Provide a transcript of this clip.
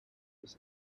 this